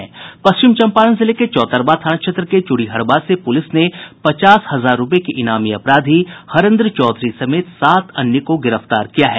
पश्चिम चम्पारण जिले के चौतरवा थाना क्षेत्र के चूड़ीहरवा से पुलिस ने पचास हजार रुपये के इनामी अपराधी हरेंद्र चौधरी समेत सात अन्य को गिरफ्तार किया है